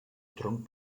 tronc